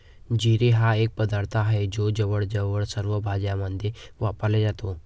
जिरे हा एक पदार्थ आहे जो जवळजवळ सर्व भाज्यांमध्ये वापरला जातो